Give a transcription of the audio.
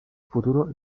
futuro